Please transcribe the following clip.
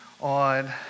on